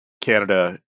Canada